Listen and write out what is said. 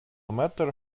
matter